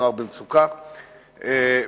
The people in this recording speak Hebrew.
נוער במצוקה,